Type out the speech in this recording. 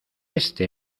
este